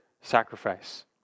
sacrifice